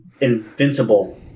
Invincible